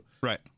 Right